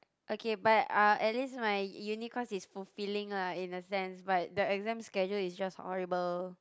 okay but uh at least my uni course is fulfilling lah in a sense but the exams schedule is just horrible